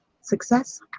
Success